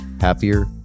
happier